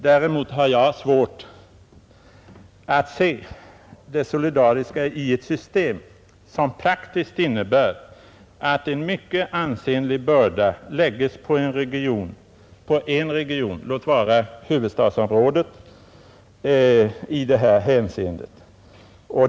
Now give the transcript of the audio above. Däremot har jag svårt att se det solidariska i ett system som praktiskt innebär att en mycket ansenlig börda lägges på en region, låt vara huvudstadsområdet, i det här hänseendet.